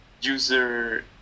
user